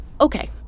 Okay